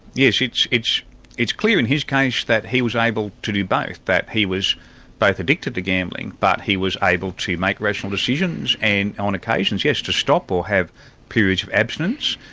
yes, it's it's clear in his case that he was able to do both, that he was both addicted to gambling, but he was able to make rational decisions, and ah on occasions, yes, to stop or have periods of abstinence,